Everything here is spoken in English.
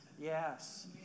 Yes